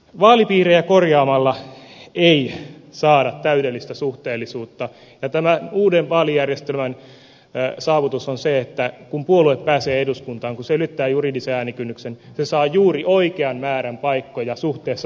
vaalipiirejä korjaamalla ei saada täydellistä suhteellisuutta ja tämän uuden vaalijärjestelmän saavutus on se että kun puolue pääsee eduskuntaan kun se ylittää juridisen äänikynnyksen se saa juuri oikean määrän paikkoja suhteessa sen kannatukseen